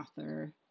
author